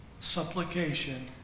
Supplication